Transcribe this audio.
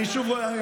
אני לא,